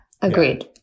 agreed